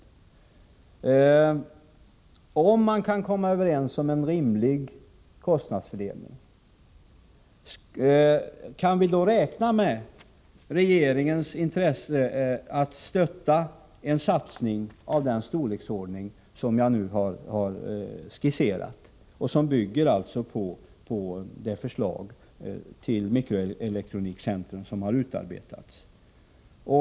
Kan vi, förutsatt att man kan komma överens om en rimlig kostnadsfördelning, räkna med regeringens intresse av att stödja en satsning av den storleksordning som jag nu har skisserat och som bygger på det förslag till mikroelektronikcentrum som har utarbetats?